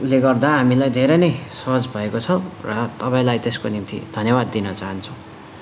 ले गर्दा हामीलाई धेरै नै सहज भएको छ र तपाईँलाई त्यसको निम्ति धन्यवाद दिन चाहन्छौँ